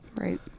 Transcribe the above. Right